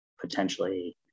potentially